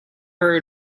her